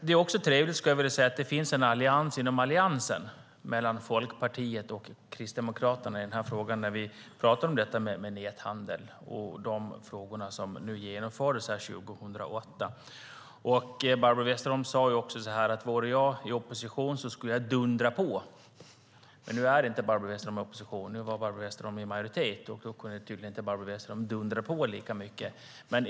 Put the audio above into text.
Det är också trevligt att det finns en allians inom Alliansen mellan Folkpartiet och Kristdemokraterna i frågan om näthandel och de förslag som genomfördes 2008. Barbro Westerholm sade: Vore jag i opposition skulle jag dundra på. Men nu är inte Barbro Westerholm i opposition utan i majoritet, och då kan hon tydligen inte dundra på lika mycket.